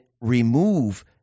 remove